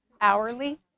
Hourly